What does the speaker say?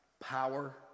power